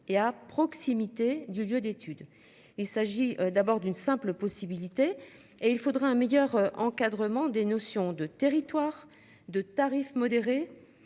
et à proximité du lieu d'études. Il s'agit d'abord d'une simple possibilité et il faudra un meilleur encadrement des notions de territoires de tarif modéré